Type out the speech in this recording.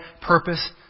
purpose